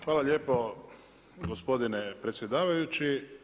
Hvala lijepo gospodine predsjedavajući.